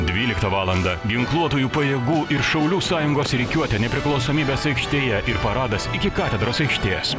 dvyliktą valandą ginkluotųjų pajėgų ir šaulių sąjungos rikiuotė nepriklausomybės aikštėje ir paradas iki katedros aikštės